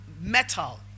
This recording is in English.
metal